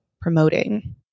promoting